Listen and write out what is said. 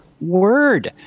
word